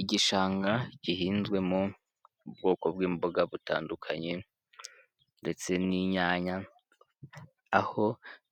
Igishanga gihinzwemo bwoko bw'imboga butandukanye ndetse n'inyanya, aho